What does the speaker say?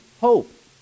hope